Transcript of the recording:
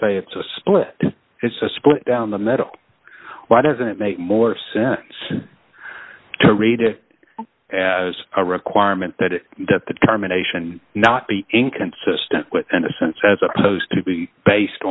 say it's a split it's a split down the middle why doesn't it make more sense to read it as a requirement that the determination not be inconsistent with innocence as opposed to be based